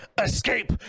escape